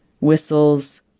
whistles